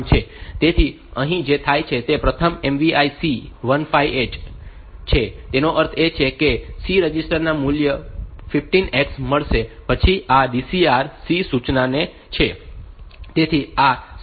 તેથી અહીં જે થાય છે તે પ્રથમ MVI C15H છે તેનો અર્થ એ કે આ C રજિસ્ટર ને મૂલ્ય 15 હેક્સ મળશે પછી આ DCR C સૂચના છે